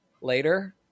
later